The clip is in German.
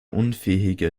unfähige